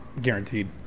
guaranteed